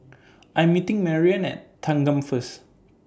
I'm meeting Mariann At Thanggam First